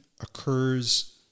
occurs